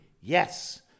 Yes